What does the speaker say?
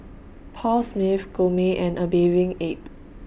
Paul Smith Gourmet and A Bathing Ape